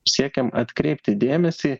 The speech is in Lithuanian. siekiam atkreipti dėmesį